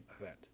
event